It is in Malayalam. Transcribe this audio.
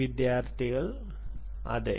വിദ്യാർത്ഥി അതെ